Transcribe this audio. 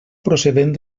procedent